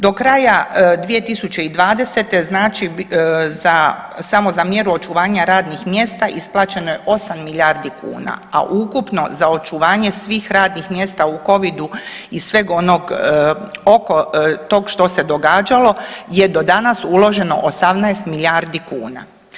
Do kraja 2020. znači samo za mjeru očuvanja radnih mjesta isplaćeno je osam milijardi kuna, a ukupno za očuvanje svih radnih mjesta u covidu i sveg onog oko tog što se događalo je do danas uloženo 18 milijardi kuna.